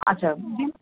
আচ্ছা দিন